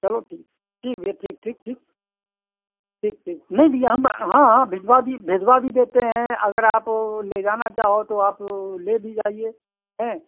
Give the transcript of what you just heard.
चलो ठीक ठीक भैया ठीक ठीक ठीक ठीक ठीक नहीं भैया हम हाँ हाँ भिजवा दिए भिजवा भी देते हैं अगर आप वो ले जाना चाहो तो आप वो ले भी जाइए हें